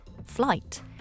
flight